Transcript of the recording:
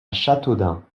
châteaudun